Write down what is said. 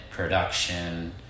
production